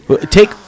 take